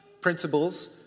principles